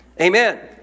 Amen